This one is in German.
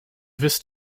wisst